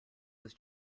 was